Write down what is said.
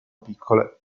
piccole